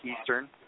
Eastern